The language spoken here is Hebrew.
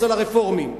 אצל הרפורמים.